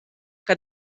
que